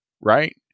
right